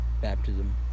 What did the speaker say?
baptism